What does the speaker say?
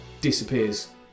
disappears